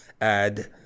add